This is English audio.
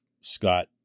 Scott